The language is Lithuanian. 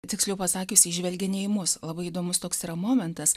tiksliau pasakius ji žvelgia ne į mus labai įdomus toks yra momentas